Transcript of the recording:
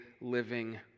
living